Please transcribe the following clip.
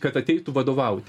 kad ateitų vadovauti